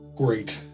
Great